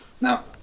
Now